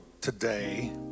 today